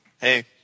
Hey